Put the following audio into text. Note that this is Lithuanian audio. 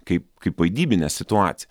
kaip kaip vaidybinę situaciją